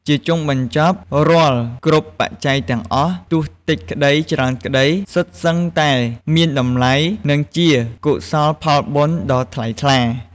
ជាចុងបញ្ចប់រាល់គ្រប់បច្ច័យទាំងអស់ ទោះតិចក្ដីច្រើនក្ដី សុទ្ធសឹងតែមានតម្លៃ និងជាកុសលផលបុណ្យដ៏ថ្លៃថ្លា។